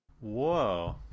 Whoa